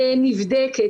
נבדקת.